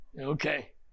Okay